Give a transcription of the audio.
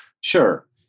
Sure